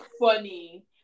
funny